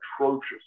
atrocious